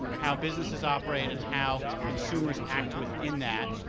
how businesses operate, and how consumers act within that.